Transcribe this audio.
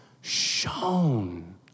shown